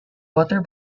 water